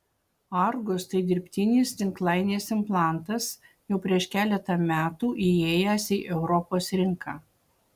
argus tai dirbtinis tinklainės implantas jau prieš keletą metų įėjęs į europos rinką